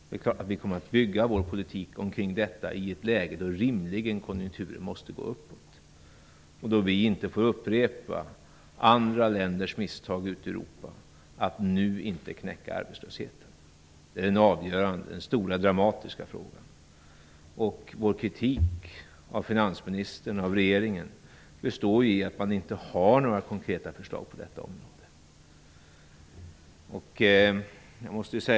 Det är klart att vi kommer att bygga vår politik omkring detta i ett läge då konjunkturen rimligen måste gå uppåt. Vi får inte upprepa det misstag andra länder ute i Europa har begått och underlåta att knäcka arbetslösheten. Det är den avgörande dramatiska frågan. Vår kritik av finansministern och regeringen består ju i att man inte har några konkreta förslag på detta område.